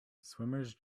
swimmers